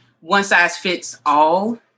one-size-fits-all